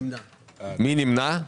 מי נמנע?